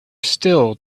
still